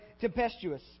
tempestuous